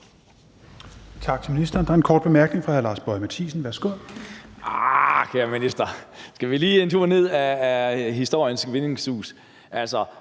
Tak til ministeren. Der er en kort bemærkning fra hr. Lars Boje Mathiesen. Værsgo.